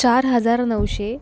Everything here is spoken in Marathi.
चार हजार नऊशे